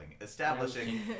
establishing